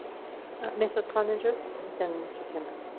mrs cloninger and then mr tempe.